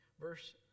Verse